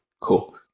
Cool